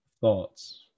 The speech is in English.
thoughts